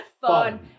Fun